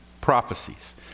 prophecies